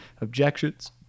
objections